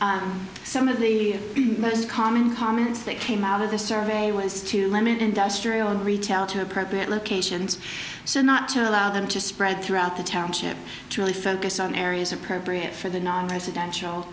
and some of the most common comments that came out of the survey was to limit industrial and retail to appropriate locations so not to allow them to spread throughout the township to really focus on areas appropriate for the residential